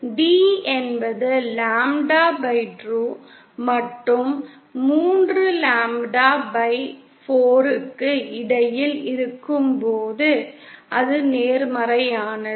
D என்பது lambda 2 மற்றும் 3 lambda 4 க்கு இடையில் இருக்கும்போது அது நேர்மறையானது